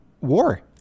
war